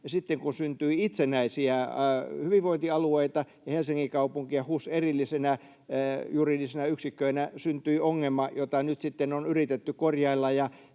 sitten kun syntyi itsenäisiä hyvinvointialueita, Helsingin kaupunki ja HUS erillisinä juridisina yksikköinä, syntyi ongelma, jota nyt sitten on yritetty korjailla.